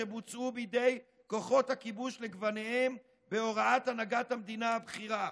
שבוצעו בידי כוחות הכיבוש לגוניהם בהוראת הנהגת המדינה הבכירה.